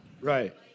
Right